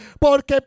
Porque